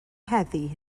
heddiw